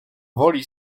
woli